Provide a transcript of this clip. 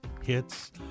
hits